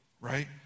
right